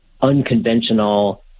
unconventional